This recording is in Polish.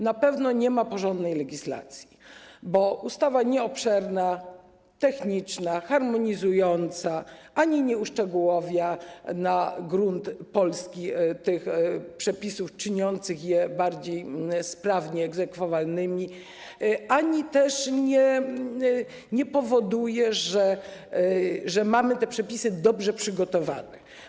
Na pewno nie ma porządnej legislacji, bo ustawa ta, nieobszerna, techniczna, harmonizująca, ani nie uszczegóławia na gruncie polskim tych przepisów, co uczyniłoby je bardziej sprawnie egzekwowalnymi, ani też nie powoduje, że mamy te przepisy dobrze przygotowane.